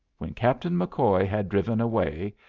when captain mccoy had driven away,